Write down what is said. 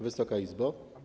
Wysoka Izbo!